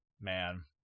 Man